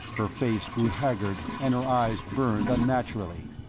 her face grew haggard and her eyes burned unnaturally.